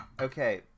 okay